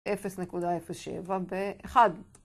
אפס נקודה אפס שבע באחד.